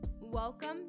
Welcome